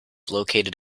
located